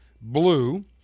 blue